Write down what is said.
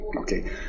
Okay